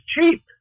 cheap